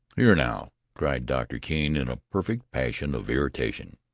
here now! cried doctor keene in a perfect passion of irritation,